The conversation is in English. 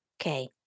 Okay